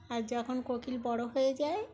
আর যখন কোকিল বড় হয়ে যায়